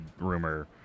rumor